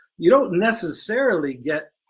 you don't necessarily get